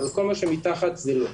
אבל כל מה שמתחת זה לא.